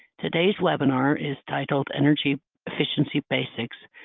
today's webinar is titled energy efficiency basics,